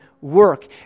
work